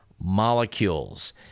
molecules